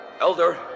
Elder